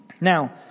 Now